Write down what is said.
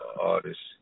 artists